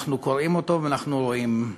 אנחנו קוראים אותו ואנחנו רואים,